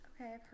Okay